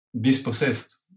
dispossessed